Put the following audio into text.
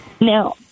Now